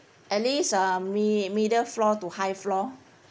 at least um mi~ middle floor to high floor